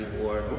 War